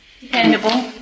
Dependable